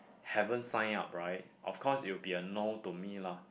haven't sign up right of course it would be a no to me lah